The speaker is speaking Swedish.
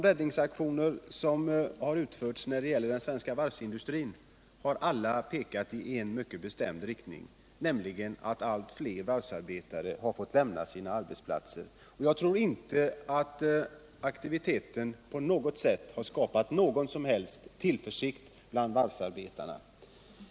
Räddningsaktionerna när det gäller den svenska varvsindustrin har alla pekat i en mycket bestämd riktning: Allt fler varvsarbetare har fått lämna sina arbetsplatser. Jag tror inte att aktiviteten på något sätt har skapat någon som helst tillförsikt bland varvsarbetarna.